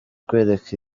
kwereka